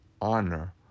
honor